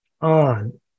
on